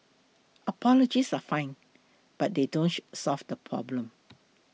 apologies are fine but they don't solve the problem